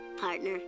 Partner